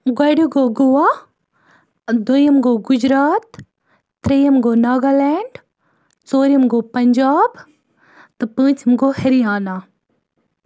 گۄڈنیُک گوٚو گوا دٔیِم گوٚو گُجرات ترٛیٚیِم گوٚو ناگالیٚنٛڈ ژوٗرِم گوٚو پَنجاب تہٕ پوٗنٛژِم گوٚو ہریانہ